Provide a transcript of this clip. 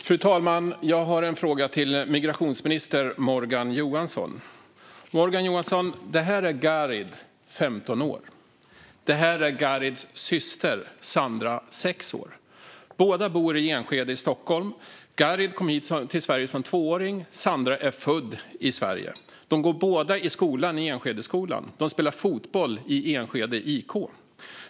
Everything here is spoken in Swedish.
Fru talman! Jag har en fråga till migrationsminister Morgan Johansson. Morgan Johansson! Det här är ett foto på Garid, 15 år. Det här är ett foto på Garids syster Sandra, 6 år. Båda bor i Enskede i Stockholm. Garid kom till Sverige som tvååring. Sandra är född i Sverige. De går båda i skolan i Enskedeskolan. De spelar fotboll i Enskede IK.